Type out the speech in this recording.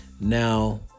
Now